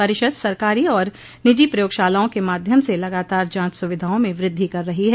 परिषद सरकारी और निजी प्रयोगशालाओं के माध्यम से लगातार जांच सुविधाओं में वृद्धि कर रही है